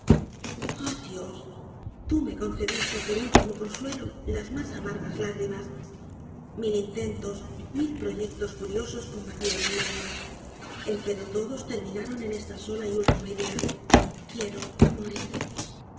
dios tú me concediste por último consuelo las mas amargas lágrimas mil intentos mil proyectos furiosos combatieron mi alma empero todos terminaron en esta sola y última idea quiero morir